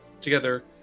Together